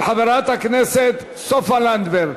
של חברת הכנסת סופה לנדבר.